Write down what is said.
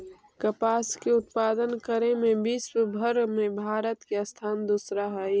कपास के उत्पादन करे में विश्वव भर में भारत के स्थान दूसरा हइ